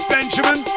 Benjamin